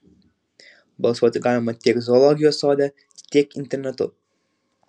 balsuoti galima tiek zoologijos sode tiek internetu